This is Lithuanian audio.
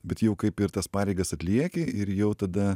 bet jau kaip ir tas pareigas atlieki ir jau tada